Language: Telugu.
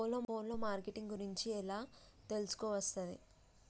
ఫోన్ లో మార్కెటింగ్ గురించి ఎలా తెలుసుకోవస్తది?